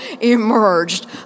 emerged